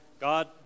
God